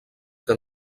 que